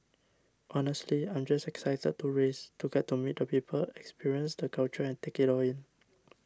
honestly I'm just excited to race to get to meet the people experience the culture and take it all in